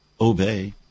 obey